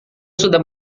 sudah